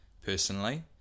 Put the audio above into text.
personally